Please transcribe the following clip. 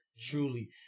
truly